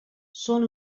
són